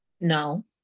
No